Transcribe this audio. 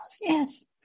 Yes